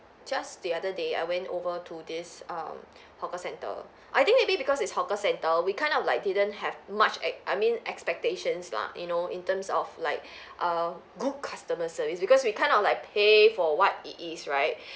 just the other day I went over to this um hawker centre I think maybe because it's hawker centre we kind of like didn't have much ex~ I mean expectations lah you know in terms of like err good customer service because we kind of like pay for what it is right